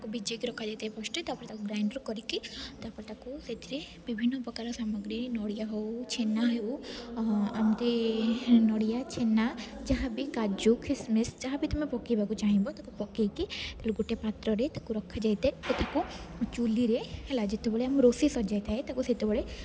ତାକୁ ଭିଜେଇକି ରଖାଯାଇଥାଏ ଫାର୍ଷ୍ଟ୍ ତାପରେ ତାକୁ ଗ୍ରାଇଣ୍ଡର୍ କରିକି ତାପରେ ତାକୁ ସେଇଥିରେ ବିଭିନ୍ନ ପ୍ରକାର ସାମଗ୍ରୀ ନଡ଼ିଆ ହେଉ ଛେନା ହେଉ ଏମିତି ନଡ଼ିଆ ଛେନା ଯାହା ବି କାଜୁ କିସିମିସି ଯାହା ବି ତମେ ପକେଇବାକୁ ଚାହିଁବ ତାକୁ ପକେଇକି ତାକୁ ଗୁଟେ ପାତ୍ରରେ ତାକୁ ରଖାଯାଇଥାଏ ଓ ତାକୁ ଚୂଲିରେ ହେଲା ଯେତେବେଳେ ଆମ ରୋଷେଇ ସରିଯାଇଥାଏ ତାକୁ ସେତେବେଳେ